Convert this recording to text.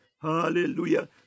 Hallelujah